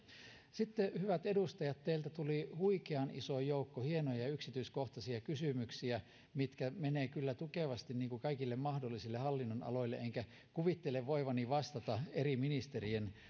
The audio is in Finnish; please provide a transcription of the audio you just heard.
sitten hyvät edustajat teiltä tuli huikean iso joukko hienoja ja yksityiskohtaisia kysymyksiä mitkä menevät kyllä tukevasti kaikille mahdollisille hallinnonaloille enkä kuvittele voivani vastata eri ministerien